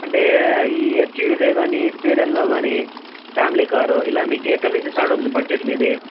అంటే ఈ ఎస్యువీలే కానీ స్వీడర్లో కానీ ఫ్యామిలీ కార్ ఇలా ఎక్కడ నుంచి స్టార్ట్ అవుతుంది బడ్జెట్ మీది